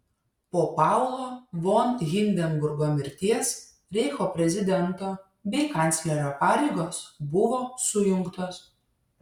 po paulo von hindenburgo mirties reicho prezidento bei kanclerio pareigos buvo sujungtos